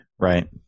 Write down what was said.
right